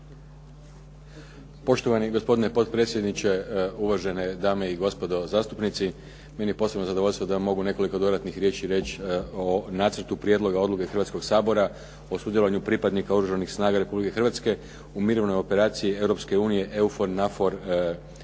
Poštovani gospodine potpredsjedniče, uvažene dame i gospodo zastupnici. Meni je posebno zadovoljstvo da mogu nekoliko dodatnih riječi reći o Nacrtu prijedloga odluke Hrvatskoga sabora o sudjelovanju pripadnika Oružanih snaga Republike Hrvatske u Mirovnoj operaciji Europske unije EU NAVFOR